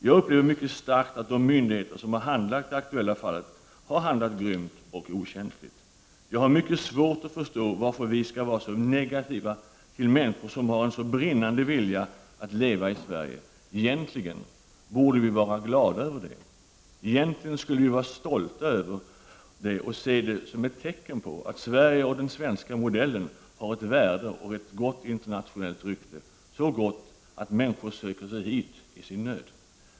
Jag upplever mycket starkt att de myndigheter som har handlagt det aktuella fallet har handlat grymt och okänsligt. Jag har mycket svårt att förstå varför vi skall vara så negativa till människor som har en så brinnande vilja att leva i Sverige. Egentligen borde vi vara glada över det. Egentligen skulle vi vara stolta över det och se det som ett tecken på att Sverige och den svenska modellen har ett värde och ett gott internationellt rykte, så gott att människor söker sig hit i sin nöd.